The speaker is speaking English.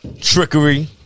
trickery